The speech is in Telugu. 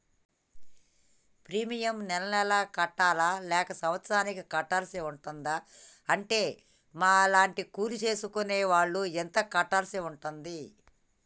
ప్రీమియం నెల నెలకు కట్టాలా లేక సంవత్సరానికి కట్టాల్సి ఉంటదా? ఉంటే మా లాంటి కూలి చేసుకునే వాళ్లు ఎంత కట్టాల్సి ఉంటది?